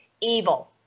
evil